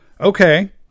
Okay